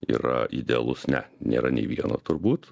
yra idealus ne nėra nei vieno turbūt